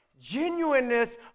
genuineness